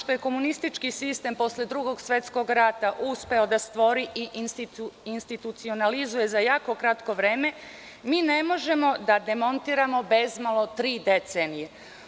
Ono što je komunistički sistem posle Drugog svetskog rata uspeo da stvori i institucionalizuje za jako kratko vreme, mi ne možemo da demontiramo bezmalo tri decenije.